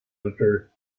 editor